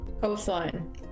Coastline